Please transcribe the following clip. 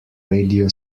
radio